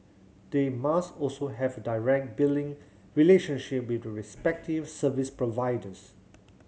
they must also have direct billing relationship with the respective service providers